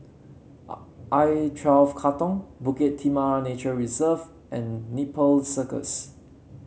are I twelve Katong Bukit Timah Nature Reserve and Nepal Circus